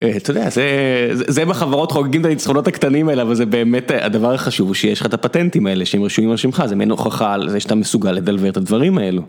אתה יודע, זה בחברות חוגגים את הנצחונות הקטנים האלה, אבל זה באמת, הדבר החשוב הוא שיש לך את הפטנטים האלה, שהם רשומים על שמך, זה מעין הוכחה על זה שאתה מסוגל לדלבר את הדברים האלו.